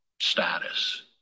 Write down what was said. status